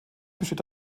besteht